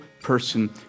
person